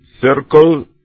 circle